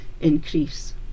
increase